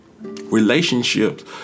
Relationships